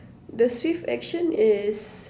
the swift action is